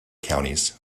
counties